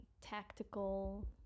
tactical